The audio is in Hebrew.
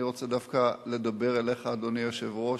אני רוצה דווקא לדבר אליך, אדוני היושב-ראש,